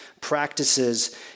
practices